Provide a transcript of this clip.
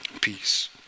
peace